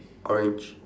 orange